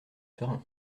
serein